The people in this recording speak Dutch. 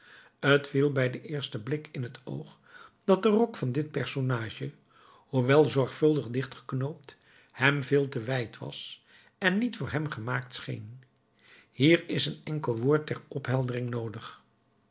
t viel bij den eersten blik in t oog dat de rok van dit personage hoewel zorgvuldig dichtgeknoopt hem veel te wijd was en niet voor hem gemaakt scheen hier is een enkel woord ter opheldering noodig